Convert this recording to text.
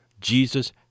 Jesus